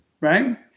right